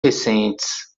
recentes